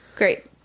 Great